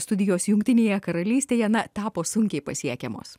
studijos jungtinėje karalystėje na tapo sunkiai pasiekiamos